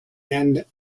and